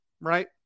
Right